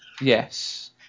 Yes